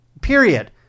period